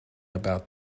about